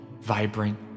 vibrant